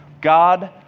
God